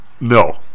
no